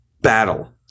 battle